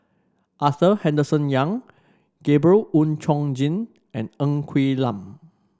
Arthur Henderson Young Gabriel Oon Chong Jin and Ng Quee Lam